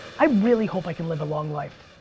i really hope i can live a long life.